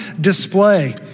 display